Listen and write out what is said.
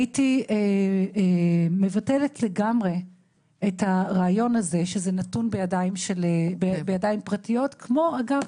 הייתי מבטלת לגמרי את הרעיון הזה שזה נתון בידיים פרטיות כמו אגב,